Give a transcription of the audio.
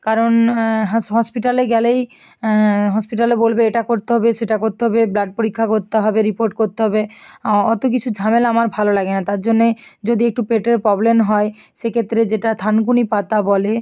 কারণ হাস হসপিটালে গেলেই হসপিটালে বলবে এটা করতে হবে সেটা করতে হবে ব্লাড পরীক্ষা করতে হবে রিপোর্ট করতে হবে অতো কিছু ঝামেলা আমার ভালো লাগে না তার জন্যে যদি একটু পেটের প্রবলেম হয় সেক্ষেত্রে যেটা থানকুনি পাতা বলে